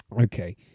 Okay